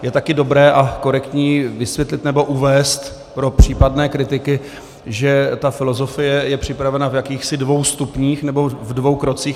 Je taky dobré a korektní vysvětlit nebo uvést pro případné kritiky, že ta filozofie je připravena v jakýchsi dvou stupních, nebo dvou krocích.